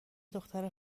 دختر